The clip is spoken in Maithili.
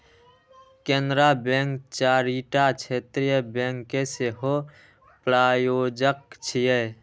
केनरा बैंक चारिटा क्षेत्रीय बैंक के सेहो प्रायोजक छियै